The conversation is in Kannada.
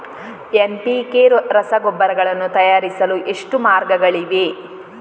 ಎನ್.ಪಿ.ಕೆ ರಸಗೊಬ್ಬರಗಳನ್ನು ತಯಾರಿಸಲು ಎಷ್ಟು ಮಾರ್ಗಗಳಿವೆ?